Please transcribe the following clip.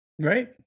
right